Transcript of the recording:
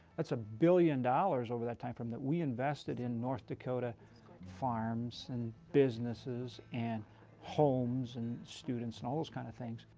that's a billion dollars over that timeframe that we invested in north dakota farms and businesses and homes and students and all those kind of things.